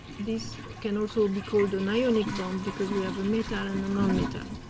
this can also be called an ionic bond because we have a metal and a non metal.